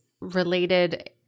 Related